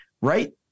right